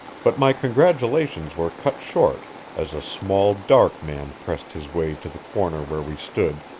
but my congratulations were cut short as a small dark man pressed his way to the corner where we stood,